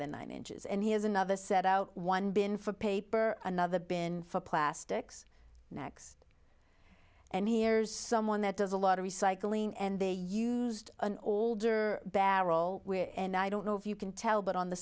than nine inches and he has another set out one bin for paper another been for plastics next and here is someone that does a lot of recycling and they used an older barrel and i don't know if you can tell but on the